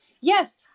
Yes